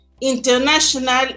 International